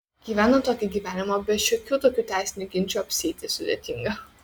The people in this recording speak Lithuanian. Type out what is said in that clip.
gyvenant tokį gyvenimą be šiokių tokių teisinių ginčų apsieiti sudėtinga